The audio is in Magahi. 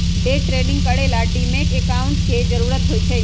डे ट्रेडिंग करे ला डीमैट अकांउट के जरूरत होई छई